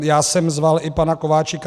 Já jsem zval i pana Kováčika.